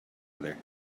other